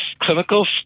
clinical